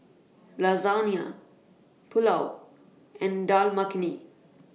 Lasagna Pulao and Dal Makhani